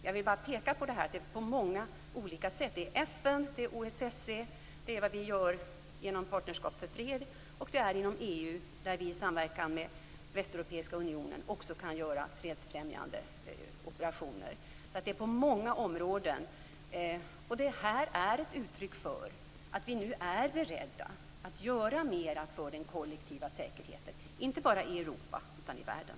Jag vill bara peka på att vi på många olika områden kan göra fredsfrämjande operationer: genom FN, OSSE, Partnerskap för fred och genom EU i samverkan med Västeuropeiska unionen. Detta är ett uttryck för att vi nu är beredda att göra mer för den kollektiva säkerheten, inte bara i Europa utan i världen.